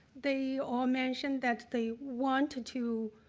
they all mentioned that they want to